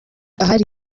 ahari